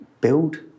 build